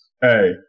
Hey